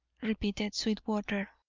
repeated sweetwater.